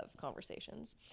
conversations